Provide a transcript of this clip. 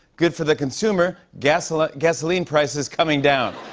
good for the consumer. gasoline gasoline prices coming down.